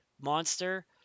monster